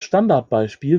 standardbeispiel